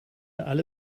alle